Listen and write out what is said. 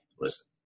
listen